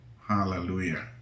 Hallelujah